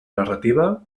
narrativa